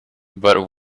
but